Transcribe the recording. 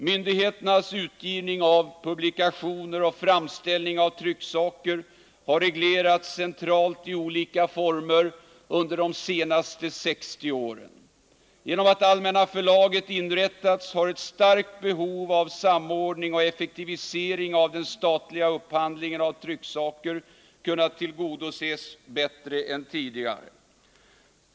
Myndigheternas utgivning av publikationer och framställning av trycksaker har reglerats centralt i olika former under de senaste 60 åren. Genom att Allmänna Förlaget inrättats har ett starkt behov av samordning och effektivisering av den statliga upphandlingen av trycksaker kunnat tillgodoses bättre än tidigare.